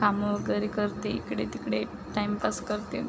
कामं वगैरे करते इकडे तिकडे टाईमपास करते